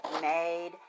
made